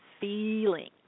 feeling